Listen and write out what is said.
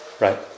Right